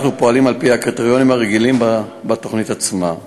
אנחנו פועלים לפי הקריטריונים הרגילים בתוכנית עצמה.